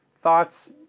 Thoughts